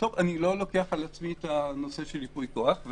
אני לא לוקח על עצמי את הנושא של ייפוי כוח.